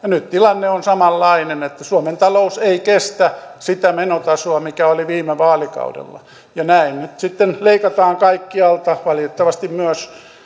nyt tilanne on samanlainen että suomen talous ei kestä sitä menotasoa mikä oli viime vaalikaudella näin nyt sitten leikataan kaikkialta valitettavasti myös